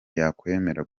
yakwemera